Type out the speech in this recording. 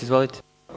Izvolite.